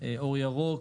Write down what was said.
'אור ירוק',